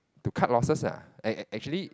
to cut losses lah I I actually